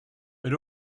but